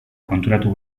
konturatu